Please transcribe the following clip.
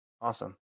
Awesome